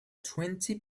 twenty